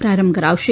પ્રારંભ કરાવશે